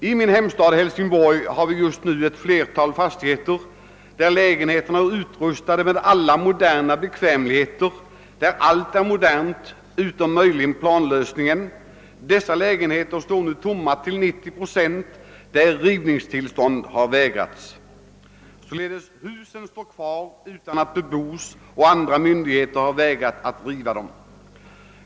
I min hemstad Hälsingborg har vi just nu ett flertal fastigheter, där lägenheterna är utrustade med alla moderna bekvämligheter och där allt — utom planlösningen — är modernt. De står nu tomma till 90 procent, men rivningstillstånd har vägrats.